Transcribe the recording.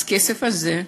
אז הכסף הזה,